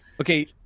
Okay